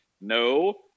no